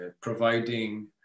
providing